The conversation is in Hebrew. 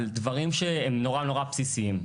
על דברים שהם נורא נורא בסיסיים.